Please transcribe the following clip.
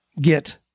get